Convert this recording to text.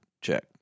check